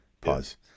Pause